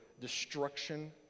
destruction